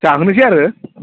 जाहोनोसै आरो